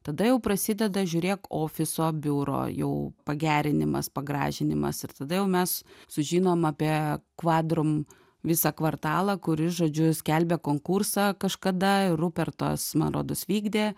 tada jau prasideda žiūrėk ofiso biuro jau pagerinimas pagražinimas ir tada jau mes sužinom apie quadrum visą kvartalą kuris žodžiu skelbia konkursą kažkada rupertas man rodos vykdė